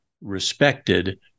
respected